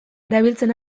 erabiltzen